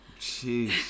jeez